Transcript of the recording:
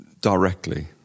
directly